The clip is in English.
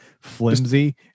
flimsy